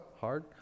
hard